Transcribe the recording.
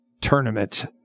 tournament